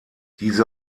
diese